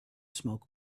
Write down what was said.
smoke